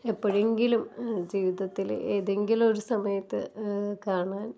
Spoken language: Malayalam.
എപ്പോഴെങ്കിലും ജീവിതത്തിൽ ഏതെങ്കിലും ഒരു സമയത്ത് കാണാൻ